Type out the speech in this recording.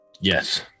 Yes